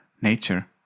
nature